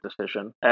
decision